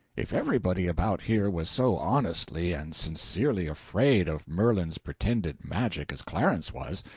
if everybody about here was so honestly and sincerely afraid of merlin's pretended magic as clarence was,